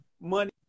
money